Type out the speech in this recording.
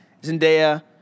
Zendaya